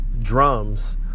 drums